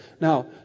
Now